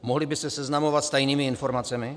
Mohli by se seznamovat s tajnými informacemi?